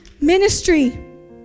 ministry